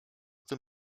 tym